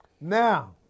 Now